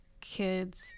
kids